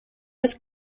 was